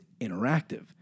interactive